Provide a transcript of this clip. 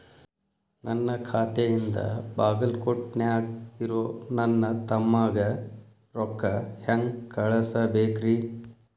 ನನ್ನ ಖಾತೆಯಿಂದ ಬಾಗಲ್ಕೋಟ್ ನ್ಯಾಗ್ ಇರೋ ನನ್ನ ತಮ್ಮಗ ರೊಕ್ಕ ಹೆಂಗ್ ಕಳಸಬೇಕ್ರಿ?